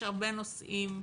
הרבה נושאים,